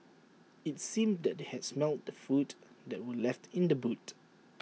IT seemed that they had smelt the food that were left in the boot